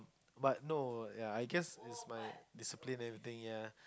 but no ya I guess it's my discipline everything ya